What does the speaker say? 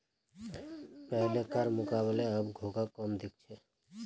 पहलकार मुकबले अब घोंघा कम दख छि